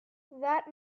that